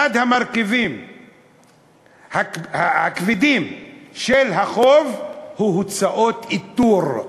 אחד המרכיבים הכבדים של החוב הוא הוצאות איתור.